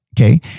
okay